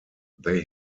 they